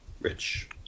Rich